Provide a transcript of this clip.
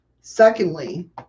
Secondly